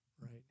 right